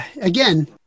again